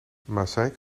maaseik